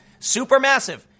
Supermassive